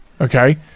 Okay